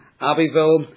Abbeville